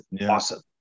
Awesome